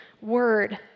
word